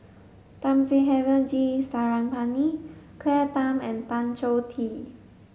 Thamizhavel G Sarangapani Claire Tham and Tan Choh Tee